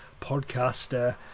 podcaster